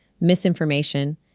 misinformation